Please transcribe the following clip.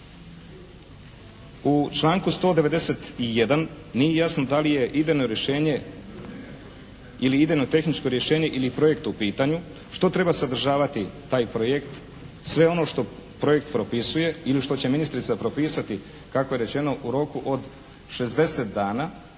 u članku 191. nije jasno da li je idejno rješenje ili idejno tehničko rješenje ili projekt u pitanju što treba sadržavati taj projekt, sve ono što projekt propisuje ili što će ministrica propisati kako je rečeno u roku od 60 dana